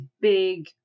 big